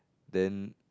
then